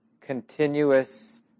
continuous